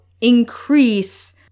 increase